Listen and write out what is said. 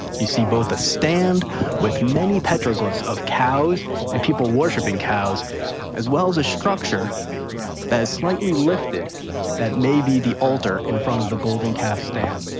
you see both the stand with many petroglyphs of cows and people worshiping cows as well as a structure that is slightly lifted that may be the altar in front of the golden calf stand.